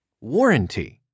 Warranty